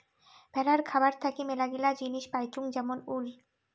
ভেড়ার খাবার থাকি মেলাগিলা জিনিস পাইচুঙ যেমন উল